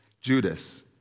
Judas